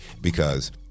because-